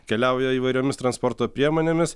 keliauja įvairiomis transporto priemonėmis